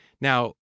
Now